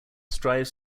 strives